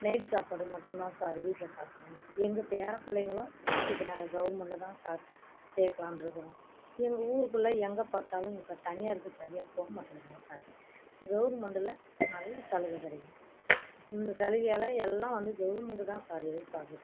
night சாப்பாடு மட்டும்தான் sir வீட்டில் சாப்பிடுதுங்க எங்கள் பேரப் பிள்ளைங்களும் இப்போ நாங்கள் கவுர்மெண்டில் தாங்க சார் சேர்க்கலான்ருக்கறோம் எங்கள் ஊருக்குள்ளே எங்கேப் பார்த்தாலும் இப்போ தனியாருக்கு சரியாக போக மாட்டேங்கிறாங்க சார் கவுர்மெண்டில் நல்லா சலுகை கிடைக்கிது இந்த சலுகையால் எல்லாம் வந்து கவுர்மெண்டு தான் சார் எதிர்பார்க்குது